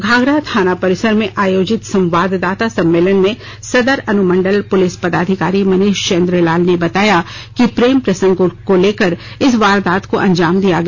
घाघरा थाना परिसर में आयोजित संवाददाता सम्मेलन में सदर अनुमंडल पुलिस पदाधिकारी मनीष चंद्र लाल ने बताया कि प्रेम प्रसंग को लेकर इस वारदात को अंजाम दिया गया